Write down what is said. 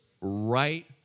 right